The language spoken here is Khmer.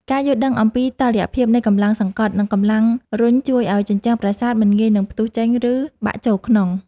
ការយល់ដឹងអំពីតុល្យភាពនៃកម្លាំងសង្កត់ និង កម្លាំងរុញជួយឱ្យជញ្ជាំងប្រាសាទមិនងាយនឹងផ្ទុះចេញ ឬ បាក់ចូលក្នុង។